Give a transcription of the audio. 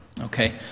Okay